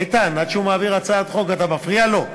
איתן, עד שהוא מעביר הצעת חוק, אתה מפריע לו?